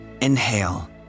Inhale